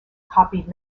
copied